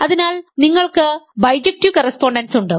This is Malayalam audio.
അതിനാൽ നിങ്ങൾക്ക് ബൈജക്ടീവ് കറസ്പോണ്ടൻസ് ഉണ്ട്